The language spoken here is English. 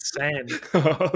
insane